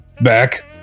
back